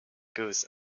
goose